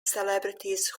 celebrities